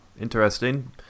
Interesting